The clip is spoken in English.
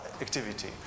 activity